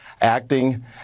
acting